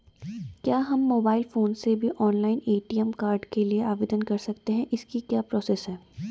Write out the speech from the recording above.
क्या हम mobile phone से भी ऑनलाइन ए.टी.एम कार्ड के लिए आवेदन कर सकते हैं इसकी क्या प्रोसेस है?